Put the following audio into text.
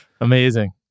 Amazing